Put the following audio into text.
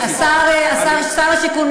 שר השיכון,